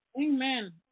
Amen